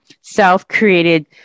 self-created